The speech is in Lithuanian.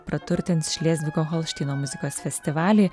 praturtins šlezvigo holšteino muzikos festivalį